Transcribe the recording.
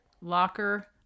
locker